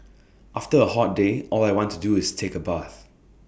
after A hot day all I want to do is take A bath